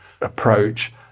approach